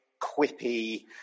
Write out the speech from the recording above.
quippy